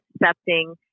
accepting